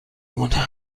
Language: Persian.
مونه